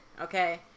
Okay